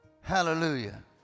Hallelujah